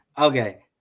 Okay